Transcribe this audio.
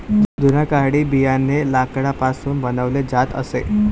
जुन्या काळी बियाणे लाकडापासून बनवले जात असे